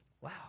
Wow